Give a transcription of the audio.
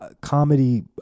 comedy